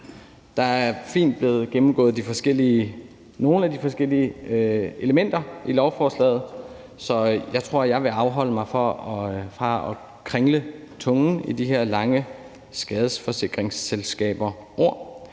Der er fint blevet gennemgået nogle af de forskellige elementer i lovforslaget, så jeg tror, jeg vil afholde mig fra at kringle tungen med de her lange skadesforsikringsselskabsord.